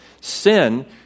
sin